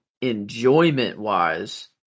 enjoyment-wise